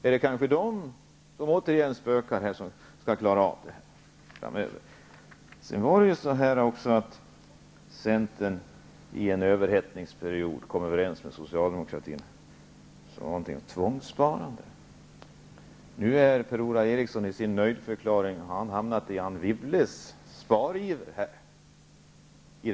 Är det kanske återigen de dynamiska effekterna som spökar? Centern kom under en överhettningsperiod överens med socialdemokratin om tvångssparande. Nu har Per-Ola Eriksson med sin nöjdförklaring i det här läget hamnat hos Anne Wibble och sparivrarna.